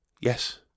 yes